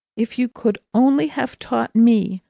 if you could only have taught me,